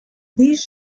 these